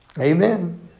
Amen